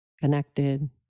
connected